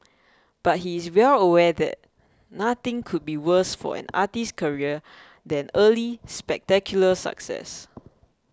but he is well aware that nothing could be worse for an artist's career than early spectacular success